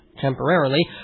temporarily